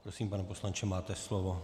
Prosím, pane poslanče, máte slovo.